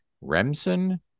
Remsen